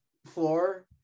floor